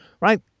Right